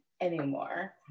anymore